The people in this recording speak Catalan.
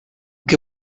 què